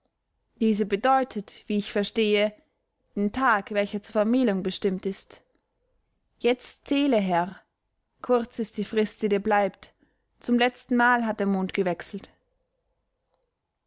diese bedeutet wie ich verstehe den tag welcher zur vermählung bestimmt ist jetzt zähle herr kurz ist die frist die dir bleibt zum letztenmal hat der mond gewechselt